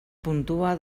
puntua